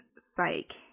psych